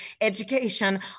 education